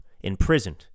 imprisoned